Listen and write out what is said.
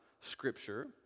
Scripture